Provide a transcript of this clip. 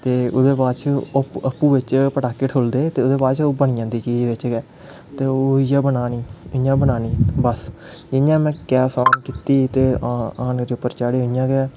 ते ओह्दे बाद च अप्पूं बिच्च पटाके ठुलदे ते ओह्दे बाद च बनी जंदी चीज बिच्च गै ते ओह् इ'यां बनानी इ'यां बनानी बस जियां में गैस ऑन कीती ते उप्पर चाढ़ेआ इ'यां गै